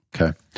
Okay